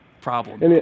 problem